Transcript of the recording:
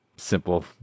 Simple